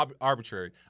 arbitrary